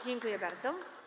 Dziękuję bardzo.